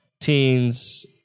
teens